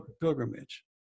pilgrimage